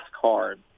card